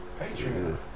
Patreon